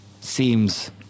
seems